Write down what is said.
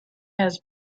has